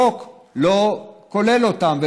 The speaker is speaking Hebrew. החוק לא כולל אותם,